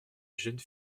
jeune